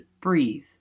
breathe